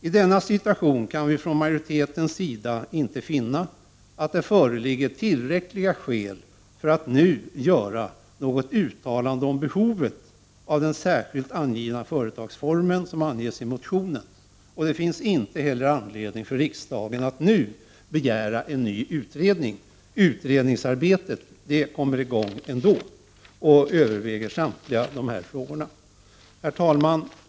I denna situation kan vi från majoritetens sida inte finna att det föreligger tillräckliga skäl för att nu göra något uttalande om behovet av den i motionen särskilt angivna företagsformen. Det finns inte heller anledning för riksdagen att nu begära en ny utredning — utredningsarbetet kommer i gång ändå och överväger samtliga dessa frågor. Herr talman!